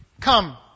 Come